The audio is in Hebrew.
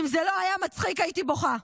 אם זה לא היה מצחיק, הייתי בוכה.